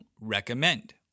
recommend